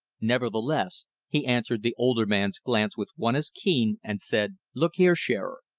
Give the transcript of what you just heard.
nevertheless he answered the older man's glance with one as keen, and said look here, shearer,